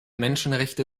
menschenrechte